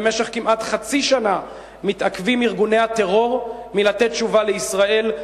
במשך כמעט חצי שנה מתעכבים ארגוני הטרור מלתת תשובה לישראל,